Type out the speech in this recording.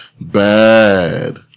bad